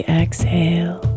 exhale